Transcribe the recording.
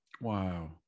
Wow